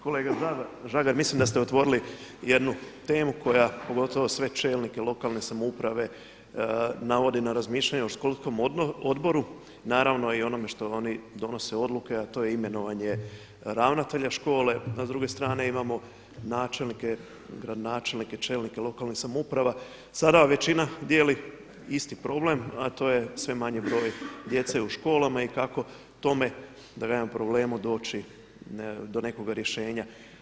Kolega Žagar, mislim da ste otvorili jednu temu koja pogotovo sve čelnike lokalne samouprave navodi na razmišljanje o školskom odboru naravno i onome što oni donose odluke a to je imenovanje ravnatelja škola a s druge strane imamo načelnike, gradonačelnike, čelnike lokalnih samouprava, sada većina dijeli isti problem a to je sve manji broj djece u školama i kako tom problemu doći do nekoga rješenja.